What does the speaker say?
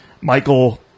Michael